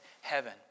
heaven